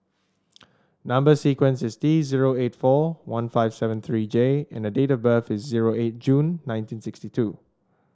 number sequence is T zero eight four one five seven three J and date of birth is zero eight June nineteen sixty two